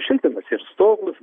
šiltinasi ir stogus